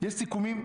יש סיכומים,